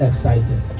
Excited